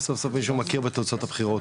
סוף-סוף מישהו מכיר בתוצאות הבחירות.